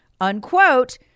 unquote